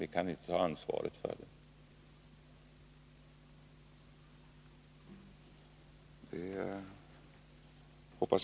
Vi kan inte ta ansvaret för detta.